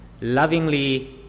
lovingly